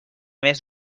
més